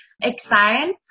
exciting